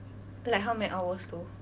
like how many hours though